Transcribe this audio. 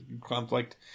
conflict